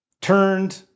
turned